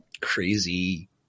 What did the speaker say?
crazy